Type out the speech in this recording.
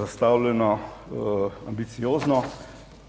zastavljena ambiciozno,